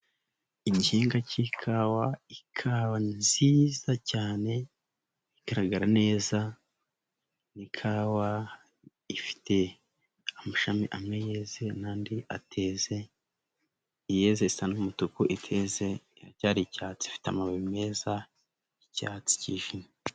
Igihingwa cy'ikawa ikawa nziza cyane, igaragara neza, n'ikawa ifite amashami amwe yeze ndi ateze, iyeze isa n'umutuku iteze iracyari icyatsi, ifite amababi meza y'icyatsi kijimye.